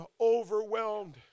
overwhelmed